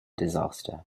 disaster